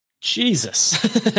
Jesus